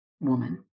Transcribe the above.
woman